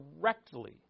directly